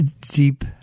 deep